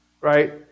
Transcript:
right